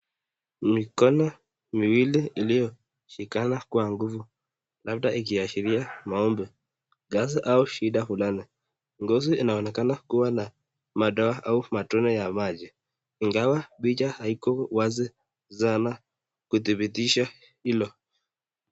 Mikono miwil iliyoshikana kwa nguvu labda ikiashiria maombi, kazi au shida fulani. Ngozi inaonekana kuwa na madoa au matone ya maji, ingawa picha haiko wazi sana kuthibitisha hilo.